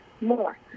more